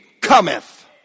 cometh